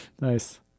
Nice